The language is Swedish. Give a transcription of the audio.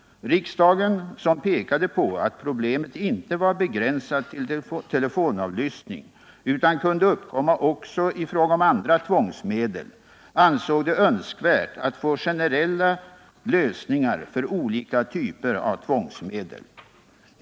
Riksdagen, som pekade på att problemet inte var begränsat till telefonavlyssning utan kunde uppkomma också i fråga om andra tvångsmedel, ansåg det önskvärt att få generella lösningar för olika typer av tvångsmedel.